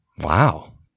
Wow